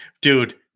Dude